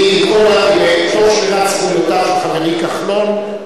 תוך שמירת זכויותיו של חברי כחלון,